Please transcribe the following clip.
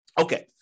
Okay